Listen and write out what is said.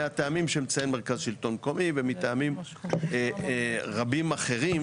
מהטעמים שמציין מרכז שלטון מקומי ומטעמים רבים אחרים